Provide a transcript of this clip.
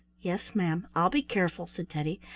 yes, ma'am, i'll be careful, said teddy,